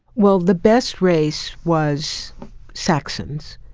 well, the best race was saxons.